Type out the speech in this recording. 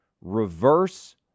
reverse